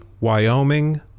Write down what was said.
Wyoming